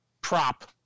prop